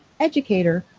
educator,